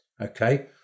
okay